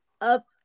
up